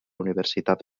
universitat